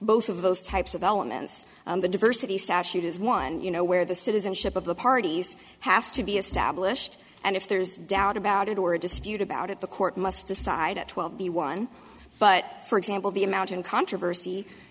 both of those types of elements the diversity statute is one you know where the citizenship of the parties has to be established and if there's doubt about it or a dispute about it the court must decide at twelve b one but for example